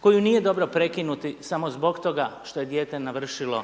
koju nije dobro prekinuti samo zbog toga što je dijete navršilo